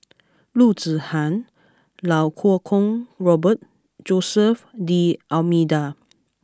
Loo Zihan Iau Kuo Kwong Robert Jose D'almeida